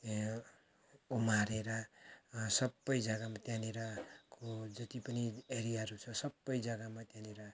उमारेर सबै जग्गामा त्यहाँनिरको जति पनि एरियाहरू छ सबै जग्गामा त्यहाँनिर